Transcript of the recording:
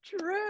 true